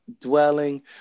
Dwelling